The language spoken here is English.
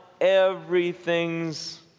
everything's